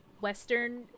western